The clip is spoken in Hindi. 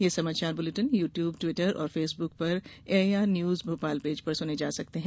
ये समाचार बुलेटिन यू ट्यूब ट्विटर और फेसबुक पर एआईआर न्यूज भोपाल पेज पर सुने जा सकते हैं